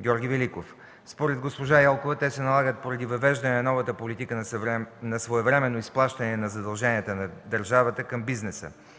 Георги Великов. Според госпожа Елкова те се налагат поради въвеждане на новата политика на своевременно изплащане на задълженията на държавата към бизнеса.